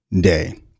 Day